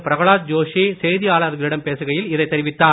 பிரகலாத் ஜோஷி செய்தியாளர்களிடம் பேசுகையில் இதை தெரிவித்தார்